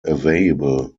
available